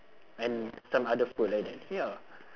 and some other food like that ya